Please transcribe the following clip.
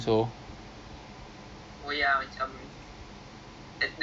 ya green zone so green zone and orange zone one ride is ten token